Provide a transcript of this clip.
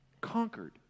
conquered